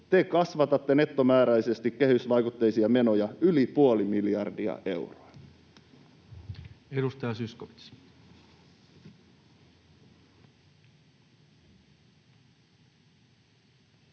te kasvatatte nettomääräisesti kehysvaikutteisia menoja yli puoli miljardia euroa.